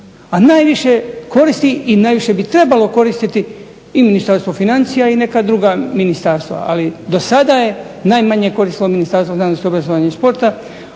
a najviše koristi i najviše bi trebalo koristiti i Ministarstvo financija i neka druga ministarstva. Ali do sada je najmanje koristilo Ministarstvo znanosti, obrazovanja i športa,